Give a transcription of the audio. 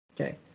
Okay